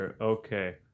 Okay